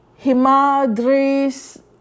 Himadris